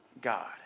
God